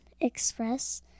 express